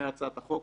מהצעת החוק.